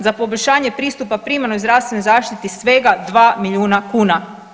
Za poboljšanje pristupa primarnoj zdravstvenoj zaštiti svega dva milijuna kuna.